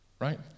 Right